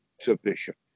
sufficient